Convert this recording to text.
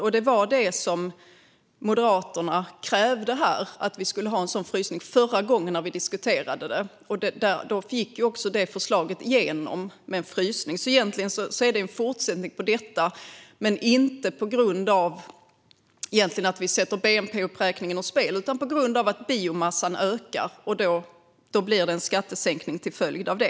Det var en sådan frysning som Moderaterna krävde här förra gången vi diskuterade detta. Då gick också förslaget om en frysning igenom, så egentligen är detta en fortsättning på det - dock inte på grund av att vi sätter bnp-uppräkningen ur spel utan på grund av att biomassan ökar. Det blir en skattesänkning till följd av det.